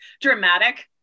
dramatic